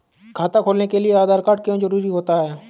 खाता खोलने के लिए आधार कार्ड क्यो जरूरी होता है?